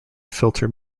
filter